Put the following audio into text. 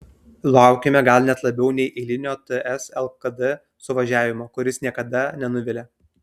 laukėme gal net labiau nei eilinio ts lkd suvažiavimo kuris niekada nenuvilia